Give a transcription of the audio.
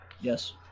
Yes